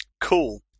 cool